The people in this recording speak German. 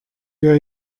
wir